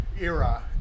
era